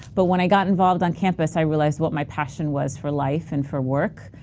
but when i got involved on campus i realized what my passion was for life, and for work,